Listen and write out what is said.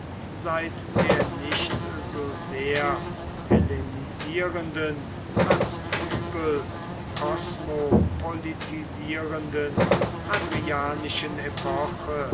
seit der nicht so sehr hellenisierenden als übel kosmopolitisierenden hadrianischen epoche